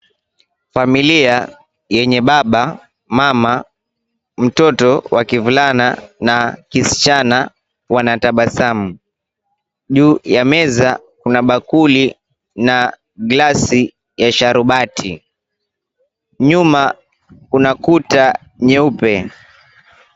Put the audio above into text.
Familia yenye baba, mama, mtoto wa kivulana na kisichana wanatabasamu. Juu ya meza kuna bakuli na glasi ya sharubati, nyuma kuna kuta nyeupe.